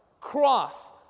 Cross